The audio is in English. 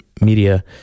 media